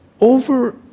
over